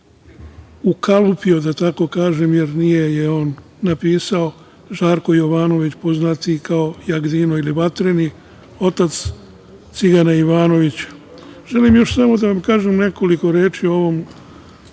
ukalupio, da tako kažem, jer nije je on napisao, Žarko Jovanović poznatiji kao Jagdima ili Vatreni, otac cigana Ivanovića. Želim još samo da vam kažem nekoliko reči o ovom